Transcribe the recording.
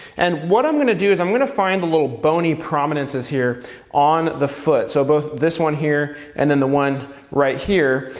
and what i'm gonna do is, i'm gonna find the little bony prominences here on the foot, so both this one here and then the one right here.